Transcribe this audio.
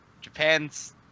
Japan's